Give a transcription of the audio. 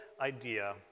idea